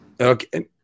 Okay